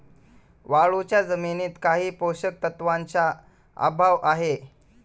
वाळूच्या जमिनीत काही पोषक तत्वांचा अभाव आहे